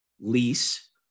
lease